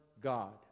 God